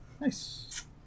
Nice